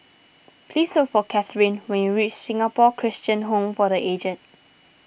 please look for Cathryn when you reach Singapore Christian Home for the Aged